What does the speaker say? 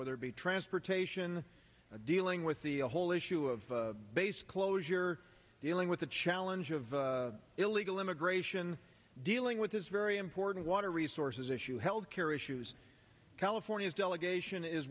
whether it be transportation dealing with the whole issue of base closure or dealing with the challenge of illegal immigration dealing with this very important water resources issue health care issues california's delegation is